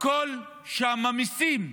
הכול שם מיסים.